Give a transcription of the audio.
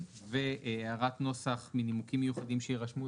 והערת נוסח מנימוקים מיוחדים שיירשמו,